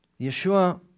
Yeshua